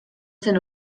zen